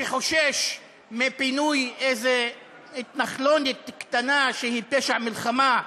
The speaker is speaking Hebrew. שחושש מפינוי איזו התנחלונת קטנה, שהיא פשע מלחמה,